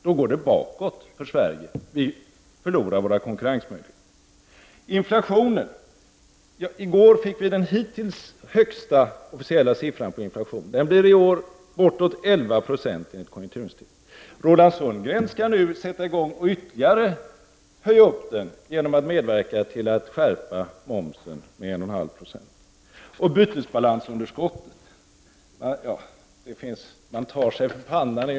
Då går det bakåt för Sverige. Vi förlorar våra konkurrensmöjligheter. I går fick vi den hittills högsta officiella siffran på inflationen. Den blir i år bortåt 119260 enligt Konjunkturinstitutet. Roland Sundgren skall nu sätta i gång och ytterligare höja den genom att medverka till att skärpa momsen med 1,5 4. Roland Sundgren hävdar att bytesbalansunderskottet tyder på en styrka hos svensk industri.